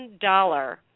dollar